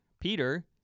Peter